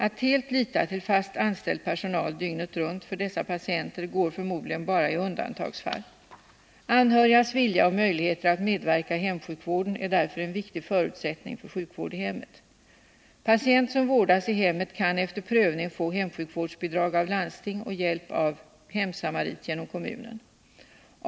Att helt lita till fast anställd personal dygnet runt för dessa patienter går förmodligen bara i undantagsfall. Anhörigas vilja och möjligheter att medverka i hemsjukvården är därför en viktig förutsättning för sjukvård i hemmet. Patient som vårdas i hemmet kan efter prövning få hemsjukvårdsbidrag av landsting och hjälp av hemsamarit genom kommunen.